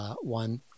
one